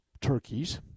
turkeys